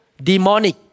demonic